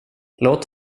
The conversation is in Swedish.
låt